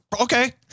Okay